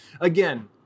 Again